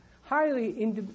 highly